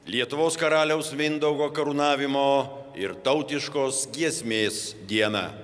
lietuvos karaliaus mindaugo karūnavimo ir tautiškos giesmės dieną